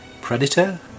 Predator